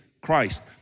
Christ